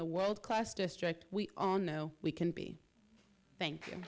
the world class district we all know we can be thank